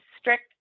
strict